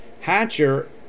Hatcher